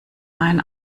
ein